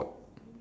mmhmm